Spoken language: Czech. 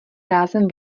rázem